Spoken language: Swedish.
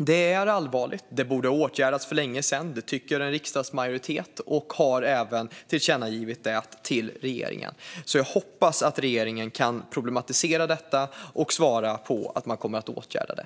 Det är allvarligt. Det borde ha åtgärdats för länge sedan. Det tycker en riksdagsmajoritet, som även har tillkännagivit det för regeringen. Jag hoppas att regeringen kan problematisera detta och svara att man kommer att åtgärda det.